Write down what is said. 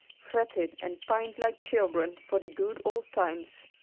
fretted and pined like children for the good old times.